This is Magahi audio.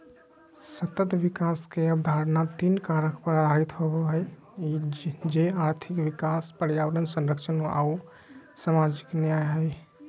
सतत विकास के अवधारणा तीन कारक पर आधारित होबो हइ, जे आर्थिक विकास, पर्यावरण संरक्षण आऊ सामाजिक न्याय हइ